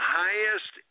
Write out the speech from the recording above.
highest